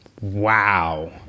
Wow